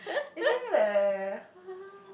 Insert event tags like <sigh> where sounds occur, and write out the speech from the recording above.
it's damn bad eh <noise>